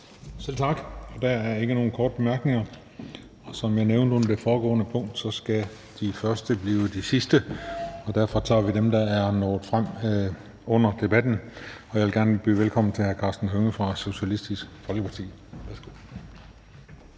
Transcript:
Selv tak. Der er ikke nogen korte bemærkninger. Som jeg nævnte under det foregående punkt, skal de første blive de sidste, og derfor tager vi nu dem, der er nået frem under debatten. Så jeg vil gerne byde velkommen til hr. Karsten Hønge fra Socialistisk Folkeparti.